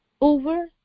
over